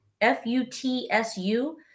F-U-T-S-U